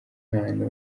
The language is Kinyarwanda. mpano